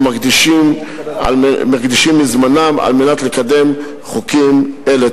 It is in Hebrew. שמקדישים מזמנם כדי לקדם חוקים אלה.